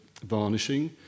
varnishing